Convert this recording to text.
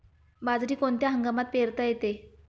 बाजरी कोणत्या हंगामात पेरता येते?